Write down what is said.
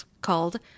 called